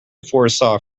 foresaw